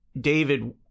David